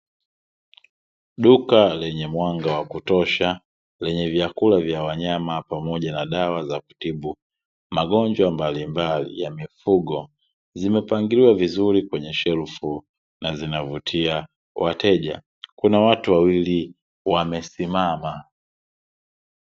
Duka lenye mwanga wa kutosha lenye vyakula vya wanyama pamoja na dawa za kutibu magonjwa mbalimbali ya mifugo, zimepangiliwa vizuri kwenye shelfu na zinavutia wateja, kuna watu wawili wamesimama.